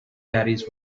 caddies